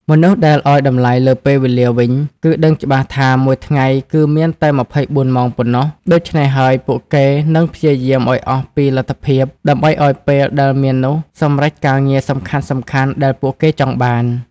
មនុស្សដែលឲ្យតម្លៃលើពេលវេលាវិញ គឺដឹងច្បាស់ថា មួយថ្ងៃគឺមានតែ២៤ម៉ោងប៉ុណ្ណោះ ដូច្នេះហើយពួកគេនឹងព្យាយាមឲ្យអស់ពីលទ្ធភាពដើម្បីអោយពេលដែលមាននោះសម្រេចការងារសំខាន់ៗដែលពួកគេចង់បាន។